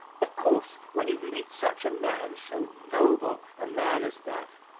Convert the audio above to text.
of course, when you meet such a man, so noble a man as that,